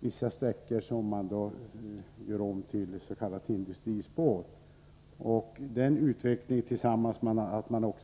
vissa sträckor och att man vill göra om dem till s.k. industrispår.